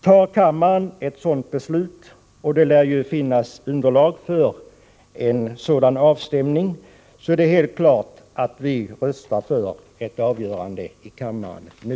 Tar kammaren ett sådant beslut — och det lär finnas underlag för en sådan avstämning — så är det emellertid helt klart att vi röstar för ett avgörande i kammaren nu.